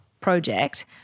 project